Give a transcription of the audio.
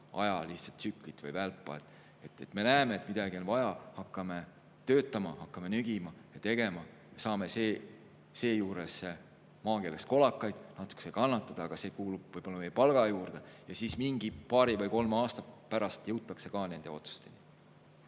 ajatsüklit või välpa: me näeme, et midagi on vaja, hakkame töötama, hakkame nügima, tegema, saame seejuures maakeeles öeldes kolakaid, natukese kannatada, aga see kuulub võib-olla meie palga juurde, ja siis mingi paari või kolme aasta pärast jõutakse nende otsusteni.